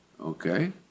Okay